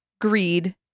greed